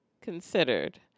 considered